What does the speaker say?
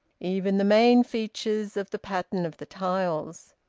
even the main features of the pattern of the tiles.